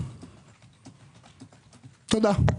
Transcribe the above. תודה.